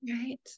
Right